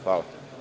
Hvala.